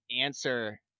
answer